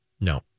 no